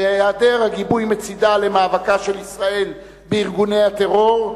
והיעדר הגיבוי מצדה למאבקה של ישראל בארגוני הטרור,